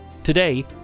Today